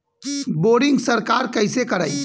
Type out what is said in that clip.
Boring सरकार कईसे करायी?